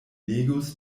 legos